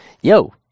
yo